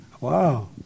Wow